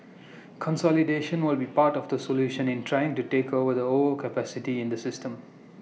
consolidation will be part of the solution in trying to take over the overcapacity in the system